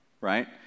right